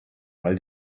weil